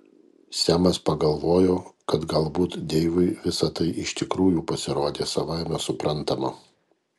semas pagalvojo kad galbūt deivui visa tai iš tikrųjų pasirodė savaime suprantama